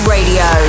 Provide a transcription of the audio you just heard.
Radio